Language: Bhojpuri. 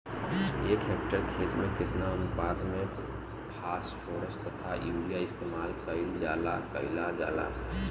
एक हेक्टयर खेत में केतना अनुपात में फासफोरस तथा यूरीया इस्तेमाल कईल जाला कईल जाला?